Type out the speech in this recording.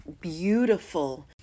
beautiful